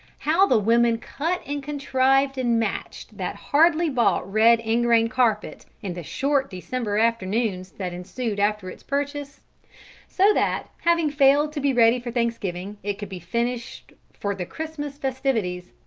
how the women cut and contrived and matched that hardly-bought red ingrain carpet, in the short december afternoons that ensued after its purchase so that, having failed to be ready for thanksgiving, it could be finished for the christmas festivities!